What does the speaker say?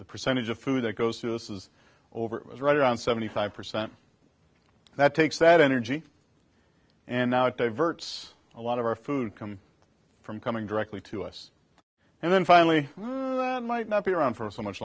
the percentage of food that goes through this is over is right around seventy five percent that takes that energy and now it diverts a lot of our food come from coming directly to us and then finally that might not be around for so much